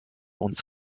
uns